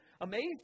amazed